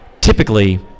typically